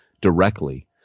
directly